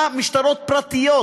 משטרות פרטיות.